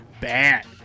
bad